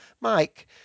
Mike